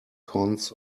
cons